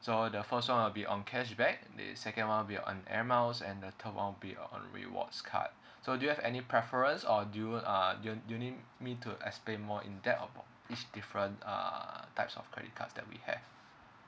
so the first one will be on cashback the second will be on air miles and the third one would be uh on rewards card so do you have any preference or do you uh y~ you need me to explain more in depth of each different uh types of credit cards that we have